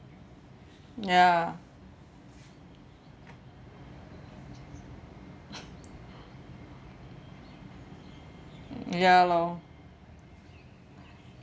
ya ya lor